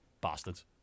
Bastards